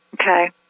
Okay